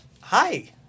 hi